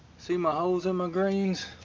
see my holes in my greens?